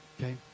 okay